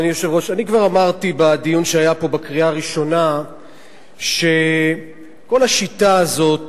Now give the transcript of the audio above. אני כבר אמרתי בדיון שהיה פה בקריאה הראשונה שכל השיטה הזאת,